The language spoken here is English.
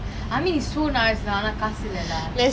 I mean it's so nice lah ஆனால் காசு இல்லே:aanal kasu ille lah